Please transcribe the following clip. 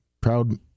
Proud